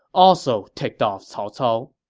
also ticked off cao cao.